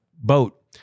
boat